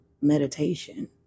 meditation